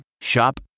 Shop